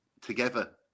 together